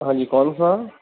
ہاں جی کون سا